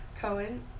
Cohen